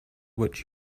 what